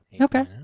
Okay